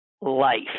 life